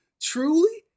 truly